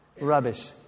rubbish